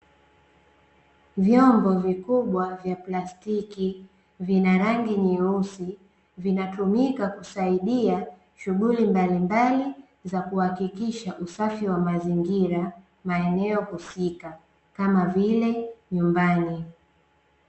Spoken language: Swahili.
Vyombo vikubwa vya plastiki vina rangi nyeusi, vinatumika kusaidia shughuli mbalimbali za kuhakikisha usafi wamazingira maeneo husika, kama vile nyumbani.